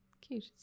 cute